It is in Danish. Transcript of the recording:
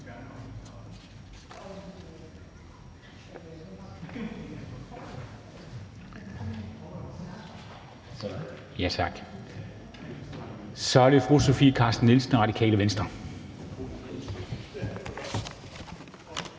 bemærkning er til fru Sofie Carsten Nielsen, Radikale Venstre.